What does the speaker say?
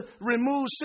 remove